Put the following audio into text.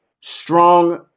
strong